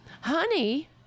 Honey